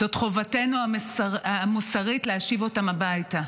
זאת חובתנו המוסרית להשיב אותם הביתה,